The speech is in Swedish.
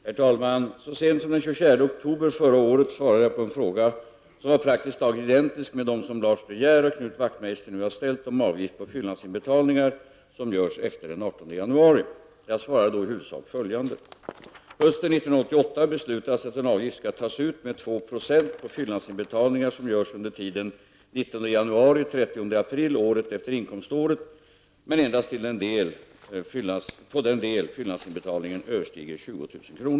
Herr talman! Så sent som den 24 oktober förra året svarade jag på en fråga som var praktiskt taget identisk med de som Lars De Geer och Knut Wachtmeister nu har ställt om avgift på fyllnadsinbetalningar som görs efter den 18 januari. Jag svarade då i huvudsak följande. Hösten 1988 beslutades att en avgift skall tas ut med 2 90 på fyllnadsinbetalningar som görs under tiden den 19 januari—30 april året efter inkomståret, men endast på den del fyllnadsinbetalningen överstiger 20 000 kr.